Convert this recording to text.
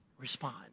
respond